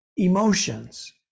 emotions